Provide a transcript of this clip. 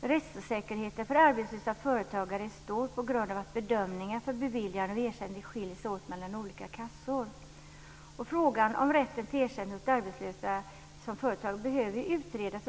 Rättsosäkerheten för arbetslösa företagare är stor på grund av att bedömningen vid beviljande av ersättning skiljer sig åt mellan olika kassor. Frågan om rätten till ersättning åt arbetslösa företagare behöver utredas.